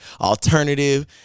alternative